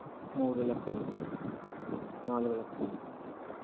మూడు లక్షలు నాలుగు లక్షలు